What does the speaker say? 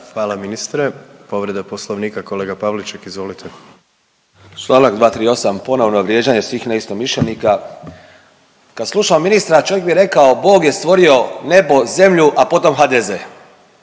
Hvala ministre. Povreda poslovnika kolega Pavliček, izvolite. **Pavliček, Marijan (Hrvatski suverenisti)** Čl. 238., ponovno vrijeđanje svih neistomišljenika. Kad slušamo ministra čovjek bi rekao, Bog je stvorio nebo, zemlju, a potom HDZ